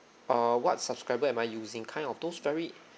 err what subscriber am I using kind of those very